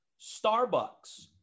Starbucks